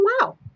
wow